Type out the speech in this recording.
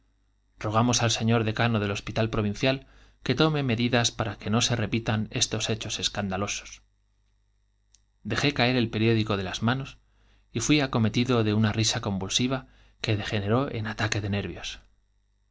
rogmos al señor decano del hos pital provincial que tome medidas para que no se repitan estos hechos escandalosos d'ejé caer el periódico de las manos y fuí acometido de una risa convulsiva que degeneró en ataque de nervios